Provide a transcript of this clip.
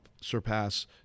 surpass